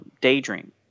Daydream